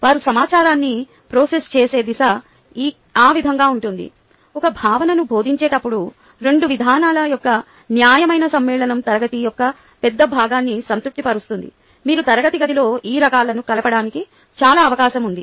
వారు సమాచారాన్ని ప్రాసెస్ చేసే దిశ ఆ విధంగా ఉంటుంది ఒక భావనను బోధించేటప్పుడు 2 విధానాల యొక్క న్యాయమైన సమ్మేళనం తరగతి యొక్క పెద్ద భాగాన్ని సంతృప్తిపరుస్తుంది మీరు తరగతి గదిలో ఈ రకాలను కలపడానికి చాలా అవకాశం ఉంది